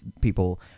people